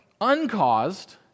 uncaused